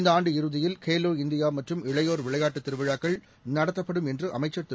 இந்தஆண்டு இறுதியில் கேலோ இந்தியாமற்றும் இளையோர் விளையாட்டுத் திருவிழாக்கள் நடத்தப்படும் என்றுஅமைச்சர் திரு